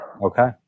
okay